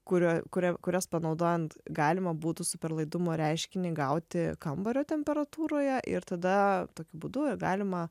kurio kuria kurias panaudojant galima būtų superlaidumo reiškinį gauti kambario temperatūroje ir tada tokiu būdu ir galima